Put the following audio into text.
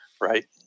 right